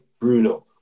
Bruno